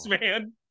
man